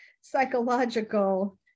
psychological